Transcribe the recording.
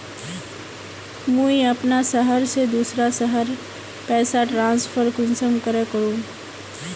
मुई अपना शहर से दूसरा शहर पैसा ट्रांसफर कुंसम करे करूम?